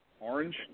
Orange